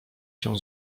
się